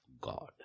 God